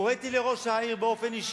הוריתי לראש העיר באופן אישי,